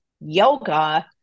yoga